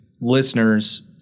listeners